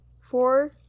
four